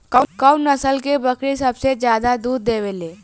कउन नस्ल के बकरी सबसे ज्यादा दूध देवे लें?